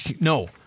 No